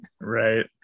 Right